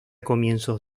comienzos